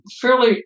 fairly